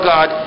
God